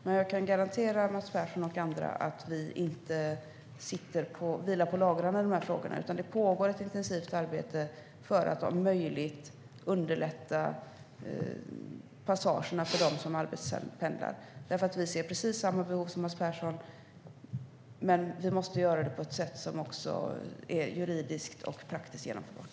Men jag kan garantera Mats Persson och andra att vi inte vilar på lagrarna i dessa frågor. Det pågår ett intensivt arbete för att om möjligt underlätta passagerna för dem som arbetspendlar. Vi ser precis samma behov som Mats Persson, men kontrollerna måste genomföras på ett juridiskt korrekt sätt som också är praktiskt genomförbart.